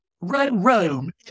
Rome